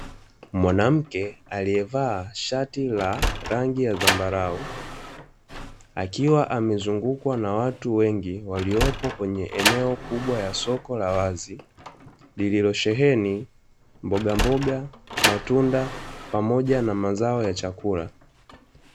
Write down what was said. Mwanamke aliyevaa shati la rangi ya Zambarau akiwa amezungukwa na watu wengi waliopo kwenye eneo kubwa la soko la wazi. lililosheheni mboga mboga, matunda, pamoja na mazao ya chakula.